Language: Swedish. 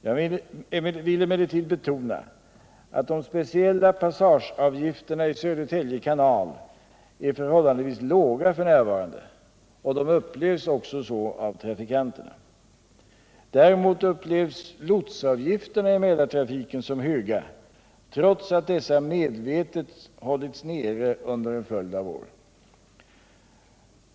Jag vill emellertid betona att de speciella passageavgifterna i Södertälje kanal är förhållandevis låga f.n. och upplevs också så av trafikanterna. Däremot upplevs lotsavgifterna i Mälartrafiken som höga, trots att dessa medvetet hållits nere under en följd av år.